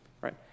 right